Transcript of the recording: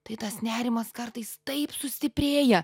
tai tas nerimas kartais taip sustiprėja